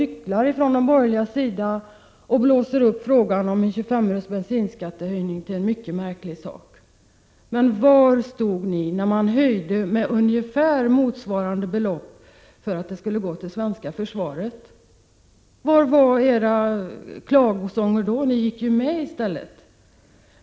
Så står de borgerliga här och hycklar och blåser upp frågan om 25 öres bensinskattehöjning till en mycket märklig sak. Men var stod ni när det skedde en höjning med ungeför motsvarande belopp som skulle gå till det svenska försvaret? Var fanns era klagosånger då? Ni gick ju i stället med på förslaget.